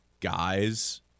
Guys